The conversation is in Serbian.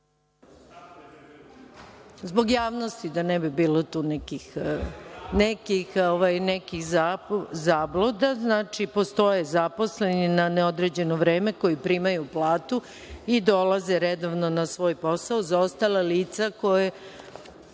Zbog javnosti da ne bi bilo tu nekih zabluda. Znači, postoje zaposleni na neodređeno vreme koji primaju platu i dolaze redovno na svoj posao, za ostala lica koja